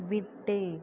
விட்டு